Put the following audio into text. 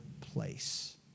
place